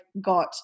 got